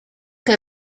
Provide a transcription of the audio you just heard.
que